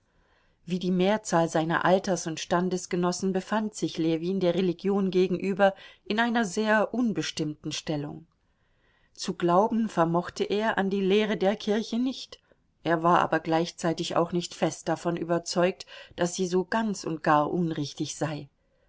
wie die mehrzahl seiner alters und standesgenossen befand sich ljewin der religion gegenüber in einer sehr unbestimmten stellung zu glauben vermochte er an die lehre der kirche nicht er war aber gleichzeitig auch nicht fest davon überzeugt daß sie so ganz und gar unrichtig sei